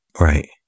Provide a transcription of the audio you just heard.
Right